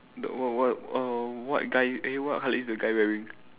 the what what err what guy eh what colour is the guy wearing